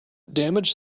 damage